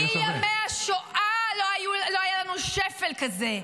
מימי השואה לא היה לנו שפל כזה,